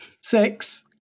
six